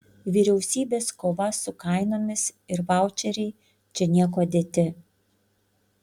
vyriausybės kova su kainomis ir vaučeriai čia niekuo dėti